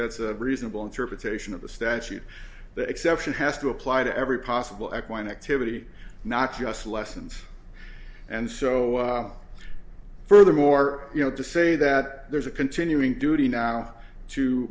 that's a reasonable interpretation of the statute that exception has to apply to every possible act one activity not just lessons and so furthermore you know to say that there's a continuing duty now to